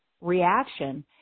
reaction